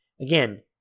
Again